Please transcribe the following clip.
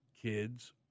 kids